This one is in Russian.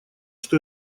что